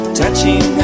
touching